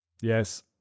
Yes